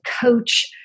coach